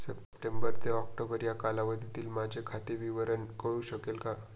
September ते October या कालावधीतील माझे खाते विवरण कळू शकेल का?